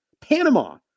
Panama